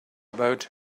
boat